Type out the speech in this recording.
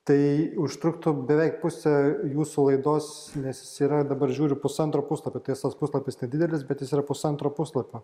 tai užtruktų beveik pusę jūsų laidos nes jis yra dabar žiūriu pusantro puslapio puslapis nedidelis bet jis yra pusantro puslapio